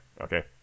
okay